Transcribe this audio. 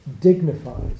dignifies